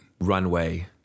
Runway